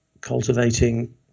cultivating